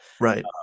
Right